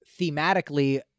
thematically